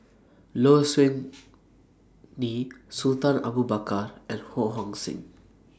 Low Siew Nghee Sultan Abu Bakar and Ho Hong Sing